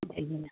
जी